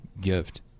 gift